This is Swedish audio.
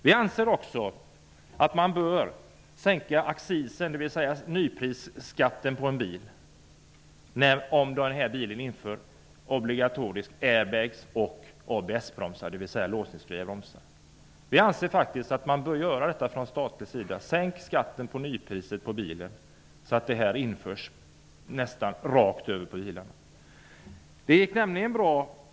Vi anser också att bilaccisen -- nyprisskatten på en bil -- bör sänkas för bilar med s.k. airbags och ABS bromsar, dvs. låsningsfria bromsar. Staten bör faktiskt medverka till detta. Sänk skatten på nypriset för bilarna, så att airbags och ABS bromsar införs på nästan alla bilar!